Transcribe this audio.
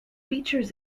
features